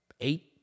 eight